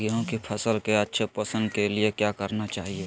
गेंहू की फसल के अच्छे पोषण के लिए क्या करना चाहिए?